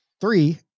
three